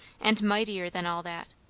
and mightier than all that,